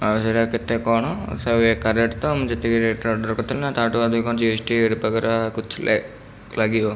ଆଉ ସେଇଟା କେତେ କ'ଣ ସବୁ ଏକା ରେଟ୍ ତ ମୁଁ ଯେତିକି ରେଟ୍ରେ ଅର୍ଡ଼ର କରିଥିଲି ନା ତା'ଠୁ ଅଧିକ ଜି ଏସ୍ ଟି ୱଗେରା କୁଛ ଲେ ଲାଗିବ